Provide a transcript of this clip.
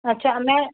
अच्छा मैं